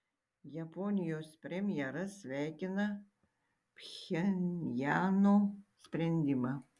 japonijos premjeras sveikina pchenjano sprendimą